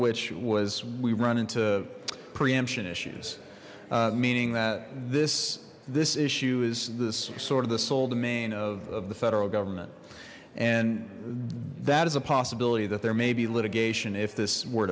which was we run into preemption issues meaning that this this issue is this sort of the sole domain of the federal government and that is a possibility that there may be litigation if this were